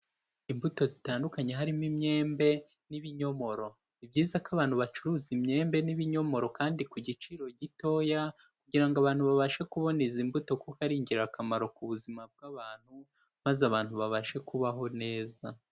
Imbuto zitandukanye harimo imyembe n'ibinyomoro, ni byiza ko abantu bacuruza imyembe n'ibinyomoro kandi ku giciro gitoya, kugira ngo abantu babashe kubona izi mbuto kuko ari ingirakamaro ku buzima bw'abantu, maze abantu babashe kubaho neza.